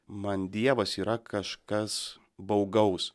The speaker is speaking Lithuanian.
man dievas yra kažkas baugaus